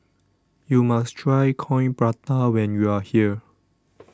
YOU must Try Coin Prata when YOU Are here